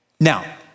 Now